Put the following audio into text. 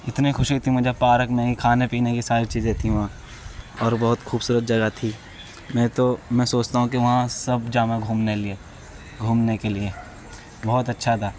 اتنی خوشی تھی مجھے پارک میں ہی کھانے پینے کی ساری چیزیں تھیں وہاں اور بہت خوبصورت جگہ تھی میں تو میں سوچتا ہوں کہ وہاں سب جائیں گھومنے لیے گھومنے کے لیے بہت اچھا تھا